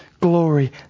glory